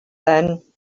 then